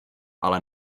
ale